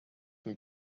and